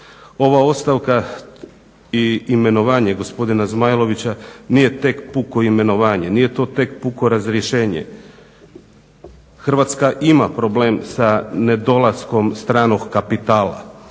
Ova ostavka i imenovanje gospodina Zmajlovića nije tek puko imenovanje. Nije to tek puko razrješenje. Hrvatska ima problem sa nedolaskom stranog kapitala.